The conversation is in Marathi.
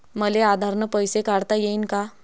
मले आधार न पैसे काढता येईन का?